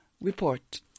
report